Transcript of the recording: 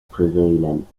prevalent